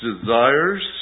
desires